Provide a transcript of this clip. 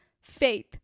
faith